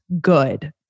good